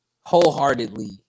wholeheartedly